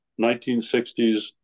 1960s